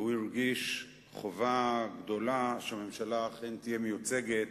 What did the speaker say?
והוא הרגיש חובה גדולה שהממשלה אכן תהיה מיוצגת